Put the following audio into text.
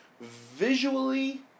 visually